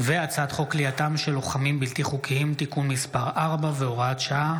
הצעת חוק כליאתם של לוחמים בלתי חוקיים (תיקון מס' 4 והוראת שעה,